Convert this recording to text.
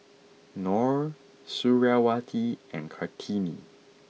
Noh Suriawati and Kartini